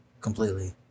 completely